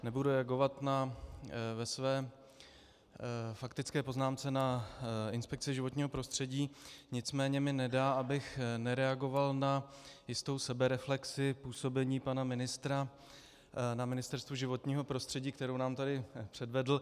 Nebudu ve své faktické poznámce reagovat na inspekci životního prostředí, nicméně mi nedá, abych nereagoval na jistou sebereflexi působení pana ministra na Ministerstvu životního prostředí, kterou nám tady předvedl.